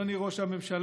אדוני ראש הממשלה,